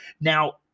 Now